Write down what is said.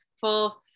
full